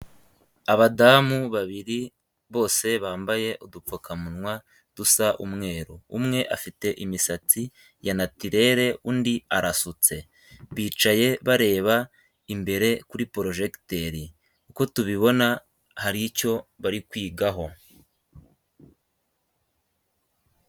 Abadamu babiri bose bambaye udupfukamunwa dusa umweru, umwe afite imisatsi ya natirere undi arasutse, bicaye bareba imbere kuri porojegiteri uko tubibona hari icyo bari kwigaho.